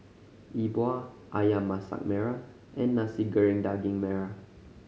Yi Bua Ayam Masak Merah and Nasi Goreng Daging Merah